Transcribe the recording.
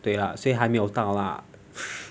对了所以还没有到啦